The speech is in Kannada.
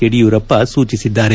ಯಡಿಯೂರಪ್ಪ ಸೂಚಿಸಿದ್ದಾರೆ